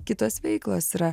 kitos veiklos yra